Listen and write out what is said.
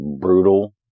brutal